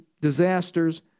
disasters